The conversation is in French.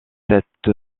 cette